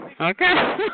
okay